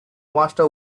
master